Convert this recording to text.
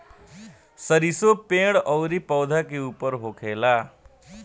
सरीसो पेड़ अउरी पौधा के ऊपर होखेला